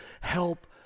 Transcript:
help